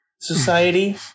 society